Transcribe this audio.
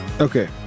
Okay